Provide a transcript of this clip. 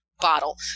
bottle